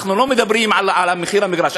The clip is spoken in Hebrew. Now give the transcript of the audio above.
אנחנו לא מדברים על מחיר המגרש,